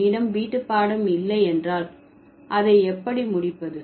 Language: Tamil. என்னிடம் வீட்டுப்பாடம் இல்லையென்றால் அதை எப்படி முடிப்பது